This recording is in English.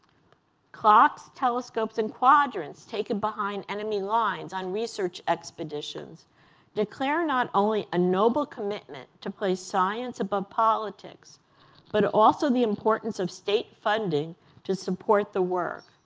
clocks, telescopes, and quadrants taken behind enemy lines on research expeditions declare not only a noble commitment to place science above politics but also the importance of state funding to support the work.